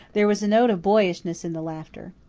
there was a note of boyishness in the laughter.